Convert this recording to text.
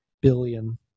billion